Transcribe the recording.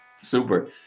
Super